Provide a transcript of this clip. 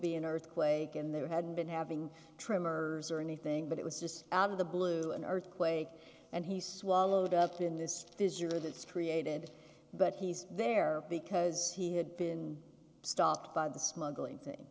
be an earthquake and there hadn't been having tremors or anything but it was just out of the blue an earthquake and he swallowed up in this visitor that's created but he's there because he had been stopped by the smuggling thing